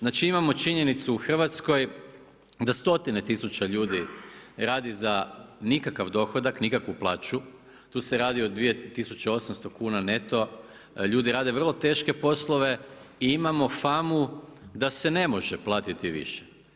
Znači imamo činjenicu u Hrvatskoj da stotine tisuća ljudi radi za nikakav dohodak, nikakvu plaću, tu se radi o 2 800 kuna neto, ljudi rade vrlo teške poslove, imamo famu da se ne može platiti više.